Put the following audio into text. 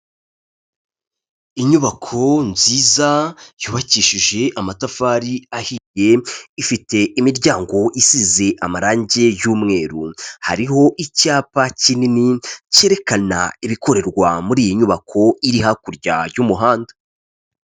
Inyubako nziza yubakishije amatafari ahiye, ifite imiryango isize amarange y'umweru, hariho icyapa kinini kerekana ibikorerwa muri iyi nyubako iri hakurya y'umuhanda.